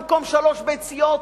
במקום "שלוש ביציות"